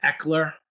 Eckler